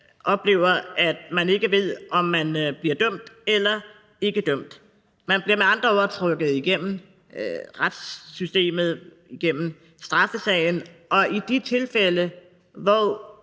oplever, at man ikke ved, om man bliver dømt eller ikke dømt. Man bliver med andre ord trukket igennem retssystemet gennem straffesagen, og i de tilfælde, hvor